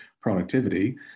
productivity